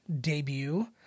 debut